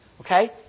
Okay